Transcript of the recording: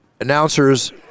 Announcers